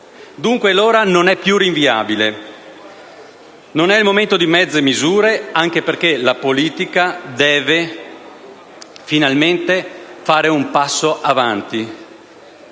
Dunque, l'ora non è più rinviabile. Non è il momento di mezze misure, anche perché la politica deve finalmente fare un passo avanti